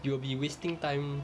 you will be wasting time